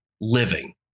living